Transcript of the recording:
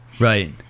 Right